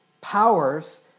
powers